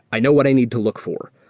i know what i need to look for.